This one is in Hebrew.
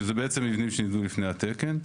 שזה בעצם מבנים שניבנו לפני התקן.